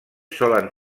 solen